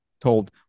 told